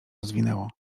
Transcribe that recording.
rozwinęło